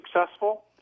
successful